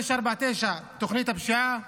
549, תוכנית הפשיעה,